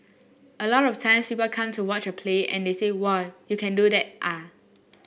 a lot of times people come to watch a play and they say whoa you can do that ah